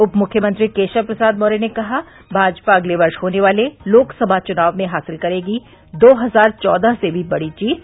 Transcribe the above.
उप मुख्यमंत्री केशव प्रसाद मौर्य ने कहा भाजपा अगले वर्ष होने वाले लोकसभा चुनाव में हासिल करेगी दो हजार चौदह से भी बड़ी जीत